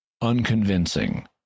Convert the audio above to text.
unconvincing